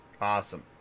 awesome